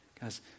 Guys